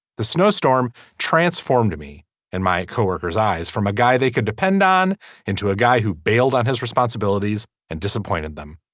the snowstorm transformed me and my co-workers eyes from a guy they could depend on into a guy who bailed on his responsibilities and disappointed them.